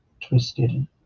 twisted